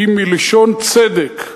היא מלשון צדק.